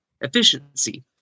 Efficiency